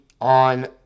on